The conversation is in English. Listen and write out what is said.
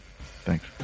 Thanks